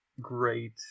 great